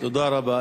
תודה רבה.